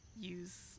use